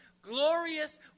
Glorious